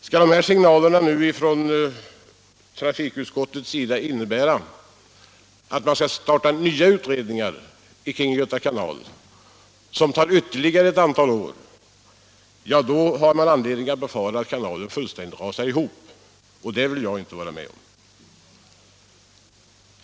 Skall signalerna från trafikutskottet innebära att man skall starta nya utredningar om Göta kanal, som tar ytterligare ett antal år, då finns det anledning att befara att kanalen fullständigt rasar ihop och det vill jag inte vara med om.